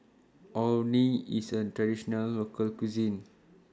Orh Nee IS A Traditional Local Cuisine